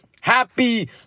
happy